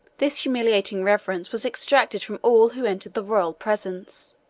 this humiliating reverence was exacted from all who entered the royal presence,